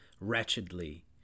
wretchedly